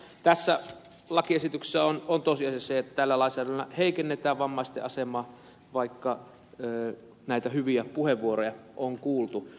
tässä lakiesityksessä on tosiasia se että tällä lainsäädännöllä heikennetään vammaisten asemaa vaikka näitä hyviä puheenvuoroja on kuultu